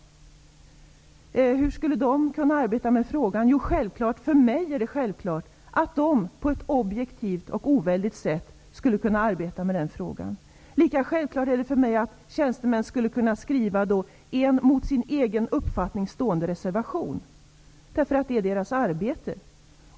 Hur skulle de kunna arbeta med frågan? För mig är det självklart att de på ett objektivt och oväldigt sätt skulle kunna arbeta med frågan. Lika självklart är det för mig att tjänstemän skulle kunna skriva en mot sin egen uppfattning stående reservation, därför att det är deras arbete.